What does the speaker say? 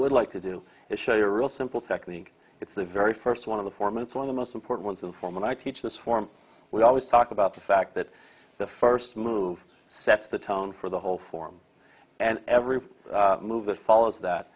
would like to do is show you a real simple technique it's the very first one of the four minutes when the most important is in form and i teach this form we always talk about the fact that the first move sets the tone for the whole form and every move that follows that